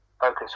focus